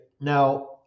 Now